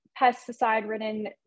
pesticide-ridden